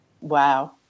Wow